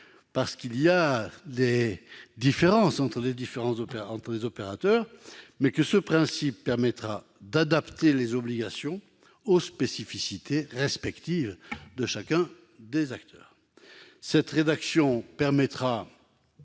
effet, il y a des différences entre les opérateurs, mais ce principe permettra d'adapter les obligations aux spécificités respectives de chacun des acteurs. Cette rédaction, tout